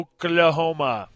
Oklahoma